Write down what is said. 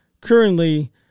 currently